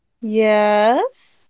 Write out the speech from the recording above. yes